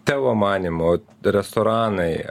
tavo manymu restoranai